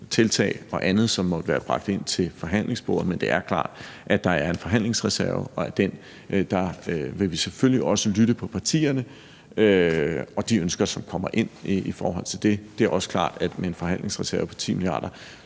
tiltag og andet, som måtte være bragt ind til forhandlingsbordet, men det er klart, at der er en forhandlingsreserve, og vi vil selvfølgelig også lytte til partierne og til de ønsker, som kommer ind i forhold til den. Det er også klart, at med en forhandlingsreserve på 10 mia. kr.